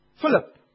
Philip